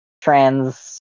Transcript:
trans